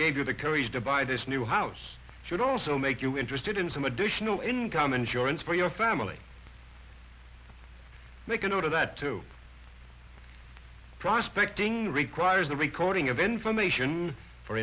gave you the courage to buy this new house should also make you interested in some additional income insurance for your family make a note of that to prospecting requires the recording of information for